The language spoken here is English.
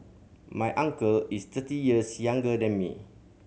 my uncle is thirty years younger than me